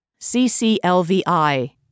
CCLVI